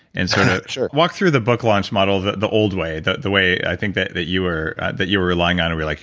and sort of walk through the book launch model the the old way, the the way i think that that you were that you were relying on and were like,